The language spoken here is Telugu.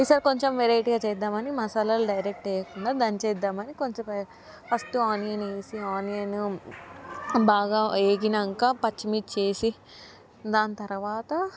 ఈసారి కొంచెం వెరైటీగా చేద్దామని మసాలాలు డైరెక్టేయకుండా దంచేద్దామని కొంచెం ఫస్టు ఆనియనేసి ఆనియను బాగా వేగినాక పచ్చిమిర్చేసి దాని తర్వాత